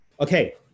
Okay